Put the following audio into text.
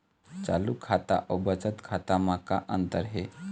चालू खाता अउ बचत खाता म का अंतर हे?